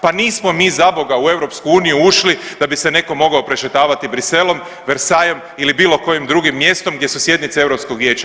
Pa nismo mi za boga u EU ušli da bi se netko mogao prešetavati Bruxellesom, Versajem ili bilo kojim drugim mjestom gdje su sjednice Europskog vijeća.